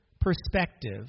perspective